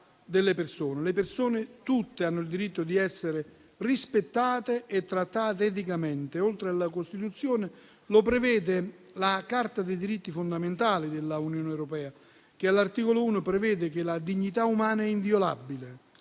le persone, tutte, hanno diritto ad essere rispettate e trattate eticamente: lo vuole la Costituzione e lo prevede la Carta dei Diritti Fondamentali della Unione Europea che all'articolo 1 prevede che la dignità umana è inviolabile,